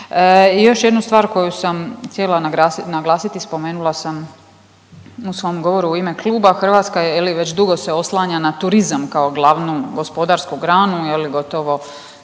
Još jednu stvar koju sam htjela naglasiti, spomenula sam u svom govoru u ime kluba Hrvatska je li već dugo se oslanja na turizam kao glavnu gospodarsku granu je li gotovo